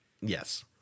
Yes